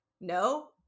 no